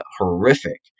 horrific